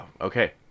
Okay